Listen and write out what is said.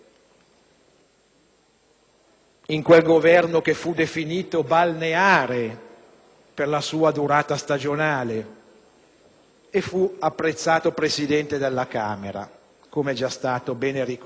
di quel Governo che fu definito balneare per la sua durata stagionale, e fu apprezzato Presidente della Camera, com'è già stato ben ricordato.